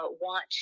want